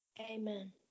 Amen